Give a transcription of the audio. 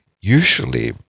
usually